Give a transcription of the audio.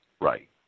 Right